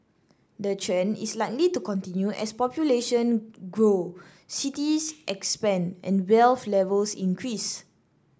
the trend is likely to continue as population grow cities expand and wealth levels increase